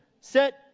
set